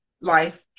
life